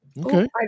Okay